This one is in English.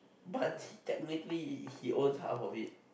but he technically he owns half of it